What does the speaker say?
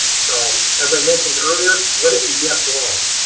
so as i mentioned earlier, what if you guess wrong?